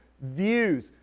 views